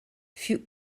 fut